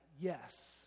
yes